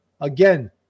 again